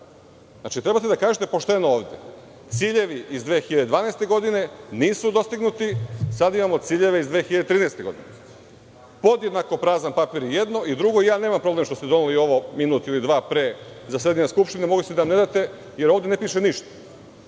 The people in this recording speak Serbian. Treba da kažete pošteno ovde – ciljevi iz 2012. godine nisu dostignuti. Sad imamo ciljeve iz 2013. godine. Podjednako prazan papir je i jedno i drugo. Nemam problem što ste doneli ovo minut ili dva pre zasedanja Skupštine. Mogli ste da nam ne date, jer ovde ne piše ništa